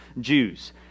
Jews